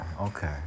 Okay